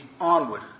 onward